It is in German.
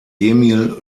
emil